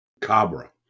cabra